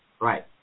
Right